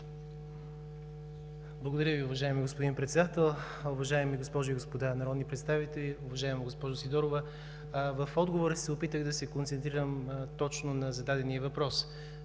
Благодаря Ви, уважаеми господин Председател. Уважаеми госпожи и господа народни представители! Уважаема госпожо Сидорова, в отговора си се опитах да се концентрирам точно на зададения въпрос,